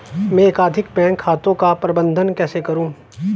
मैं एकाधिक बैंक खातों का प्रबंधन कैसे करूँ?